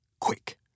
quick